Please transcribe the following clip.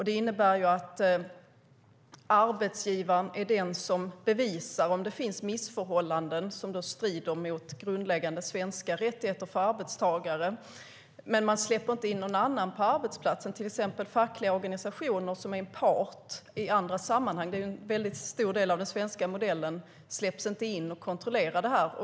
Det innebär att det är arbetsgivaren som ska bevisa att det finns missförhållanden som strider mot grundläggande svenska rättigheter för arbetstagare. Men man släpper inte in någon annan på arbetsplatsen, till exempel fackliga organisationer, som är en part i andra sammanhang. En stor del av dem som omfattas av den svenska modellen släpps inte in för att kontrollera.